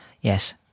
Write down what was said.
Yes